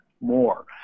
more